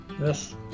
yes